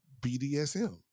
BDSM